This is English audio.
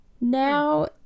Now